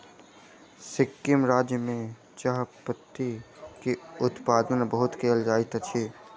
सिक्किम राज्य में चाह पत्ती के उत्पादन बहुत कयल जाइत अछि